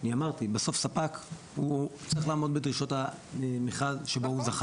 אני אמרתי שבסוף ספק צריך לעמוד בדרישות המכרז שבו הוא זכה.